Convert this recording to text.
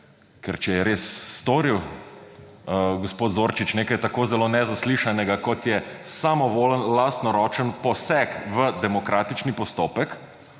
Ker če je res storil gospod Zorčič nekaj tako zelo nezaslišanega kot je samovoljen lastnoročen poseg v demokratičen postopek,